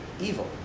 Evil